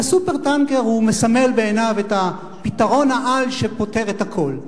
וה"סופר-טנקר" מסמל בעיניו את פתרון-העל שפותר את הכול.